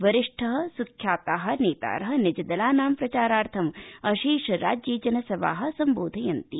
वरिष्ठ सुख्यात नेतार निज दलानां प्रचारार्थं अशेष राज्ये जनसभा सम्बोधयन्ति